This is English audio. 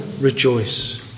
rejoice